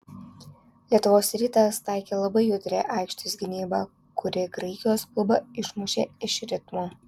lietuvos rytas taikė labai judrią aikštės gynybą kuri graikijos klubą išmušė iš ritmo